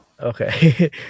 okay